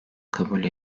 kabul